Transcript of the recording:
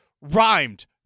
rhymed